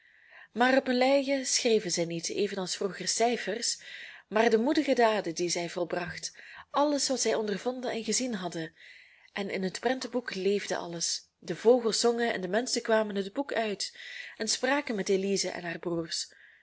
maar op hun leien schreven zij niet evenals vroeger cijfers maar de moedige daden die zij volbracht alles wat zij ondervonden en gezien hadden en in het prentenboek leefde alles de vogels zongen en de menschen kwamen het boek uit en spraken met elize en haar broers